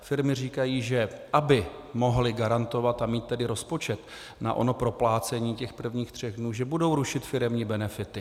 Firmy říkají, že aby mohly garantovat, a mít tedy rozpočet na ono proplácení těch prvních tří dnů, budou rušit firemní benefity.